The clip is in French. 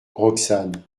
roxane